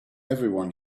everyone